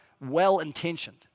well-intentioned